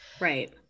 Right